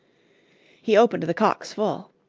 he opened the cocks full.